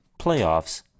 playoffs